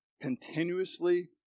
continuously